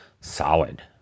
Solid